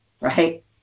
right